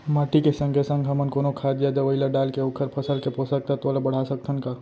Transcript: माटी के संगे संग हमन कोनो खाद या दवई ल डालके ओखर फसल के पोषकतत्त्व ल बढ़ा सकथन का?